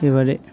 এবারে